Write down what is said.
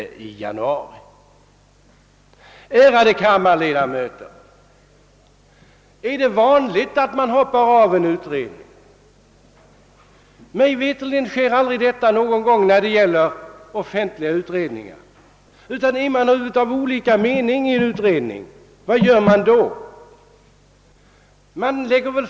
Är det vanligt, ärade kammarledamöter, att man hoppar av en utredning? Mig veterligt sker det aldrig när det gäller offentliga utredningar. Vad gör man i stället, om man har en avvikande mening inom en utredning?